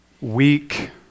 weak